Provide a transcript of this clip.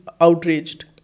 outraged